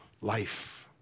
life